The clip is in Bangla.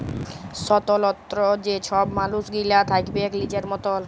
স্বতলত্র যে ছব মালুস গিলা থ্যাকবেক লিজের মতল